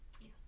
Yes